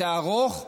זה ארוך,